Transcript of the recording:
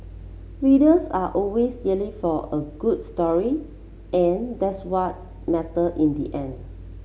readers are always yearning for a good story and that's what matter in the end